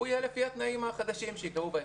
הוא יהיה לפי התנאים החדשים שייקבעו בהסכם.